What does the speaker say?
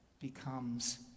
becomes